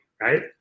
Right